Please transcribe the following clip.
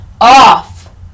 off